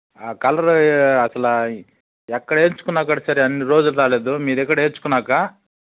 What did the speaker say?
colour అసలు ఎక్కడ వెయ్యించుకున్నా కూడా సరే అన్ని రోజులు రాలేదు మీ దిగరేయించుకున్నాక